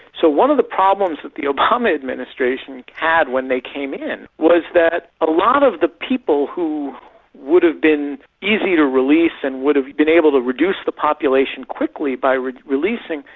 so one of the problems that the obama administration had when they came in, was that a lot of the people who would have been easy to release and would have been able to reduce the population quickly by releasing,